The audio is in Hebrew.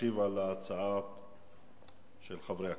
להשיב על ההצעה של חברי הכנסת.